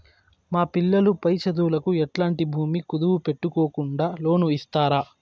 మా పిల్లలు పై చదువులకు ఎట్లాంటి భూమి కుదువు పెట్టుకోకుండా లోను ఇస్తారా